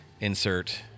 insert